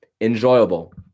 enjoyable